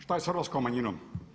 Šta je s hrvatskom manjinom?